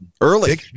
Early